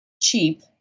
cheap